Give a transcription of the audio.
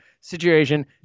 situation